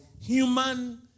human